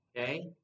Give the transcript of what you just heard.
okay